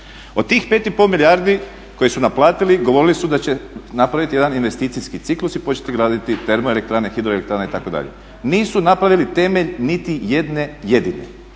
Od tih 5 i pol milijardi koje su naplatili govorili su da će napraviti jedan investicijski ciklus i početi graditi termoelektrane, hidroelektrane itd. Nisu napravili temelj niti jedne jedine,